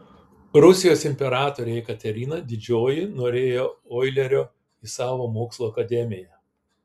rusijos imperatorė jekaterina didžioji norėjo oilerio į savo mokslų akademiją